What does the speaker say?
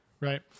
Right